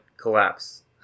collapse